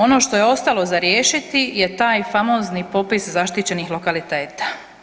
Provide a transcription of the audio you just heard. Ono što je ostalo za riješiti je taj famozni popis zaštićenih lokaliteta.